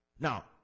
now